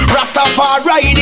Rastafari